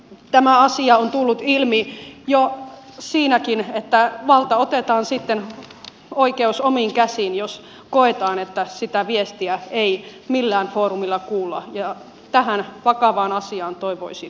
tämä asia on tullut ilmi jo siinäkin että oikeus otetaan sitten omiin käsiin jos koetaan että sitä viestiä ei millään foorumilla kuulla ja tästä vakavasta asiasta toivoisin keskustelua